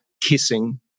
kissing